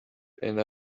and